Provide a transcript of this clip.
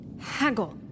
Haggle